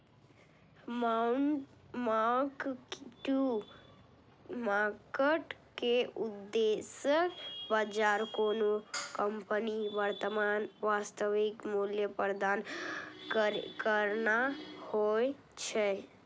mark to market के उद्देश्य बाजार कोनो कंपनीक वर्तमान वास्तविक मूल्य प्रदान करना होइ छै